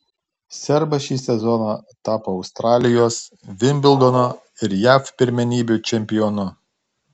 serbas šį sezoną tapo australijos vimbldono ir jav pirmenybių čempionu